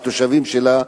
התושבים שלה,